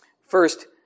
First